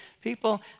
people